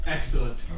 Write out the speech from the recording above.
Excellent